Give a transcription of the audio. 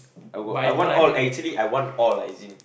I will I want all actually I want all lah is it